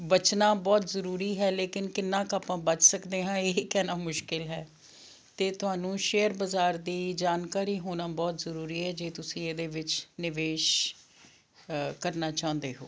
ਬਚਣਾ ਬਹੁਤ ਜ਼ਰੂਰੀ ਹੈ ਲੇਕਿਨ ਕਿੰਨਾ ਕੁ ਆਪਾਂ ਬਚ ਸਕਦੇ ਹਾਂ ਇਹੀ ਕਹਿਣਾ ਮੁਸ਼ਕਲ ਹੈ ਅਤੇ ਤੁਹਾਨੂੰ ਸ਼ੇਅਰ ਬਾਜ਼ਾਰ ਦੀ ਜਾਣਕਾਰੀ ਹੋਣਾ ਬਹੁਤ ਜ਼ਰੂਰੀ ਹੈ ਜੇ ਤੁਸੀਂ ਇਹਦੇ ਵਿੱਚ ਨਿਵੇਸ਼ ਕਰਨਾ ਚਾਹੁੰਦੇ ਹੋ